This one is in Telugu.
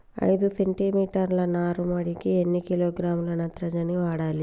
ఐదు సెంటి మీటర్ల నారుమడికి ఎన్ని కిలోగ్రాముల నత్రజని వాడాలి?